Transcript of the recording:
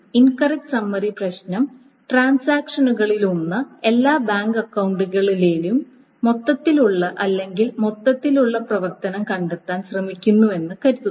incorrect summary പ്രശ്നം ട്രാൻസാക്ഷനുകളിലൊന്ന് എല്ലാ ബാങ്ക് അക്കൌണ്ടുകളിലെയും മൊത്തത്തിലുള്ള അല്ലെങ്കിൽ മൊത്തത്തിലുള്ള പ്രവർത്തനം കണ്ടെത്താൻ ശ്രമിക്കുന്നുവെന്ന് കരുതുക